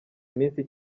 iminsi